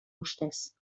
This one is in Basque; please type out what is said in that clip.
ustez